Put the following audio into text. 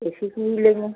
ए C की ही लेंगे